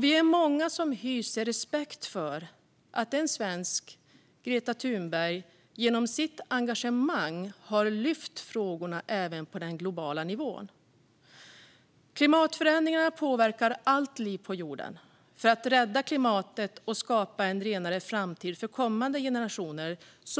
Vi är många som hyser respekt för den svensk som genom sitt engagemang har lyft frågorna även på global nivå, nämligen Greta Thunberg. Klimatförändringarna påverkar allt liv på jorden. För att rädda klimatet och skapa en renare framtid för kommande generationer